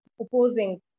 opposing